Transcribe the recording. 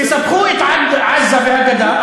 תספחו את עזה ואת הגדה,